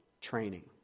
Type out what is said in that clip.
training